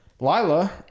Lila